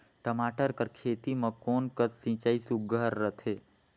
टमाटर कर खेती म कोन कस सिंचाई सुघ्घर रथे?